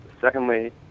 secondly